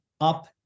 up